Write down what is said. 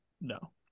No